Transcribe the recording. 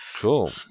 Cool